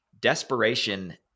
desperation